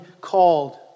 called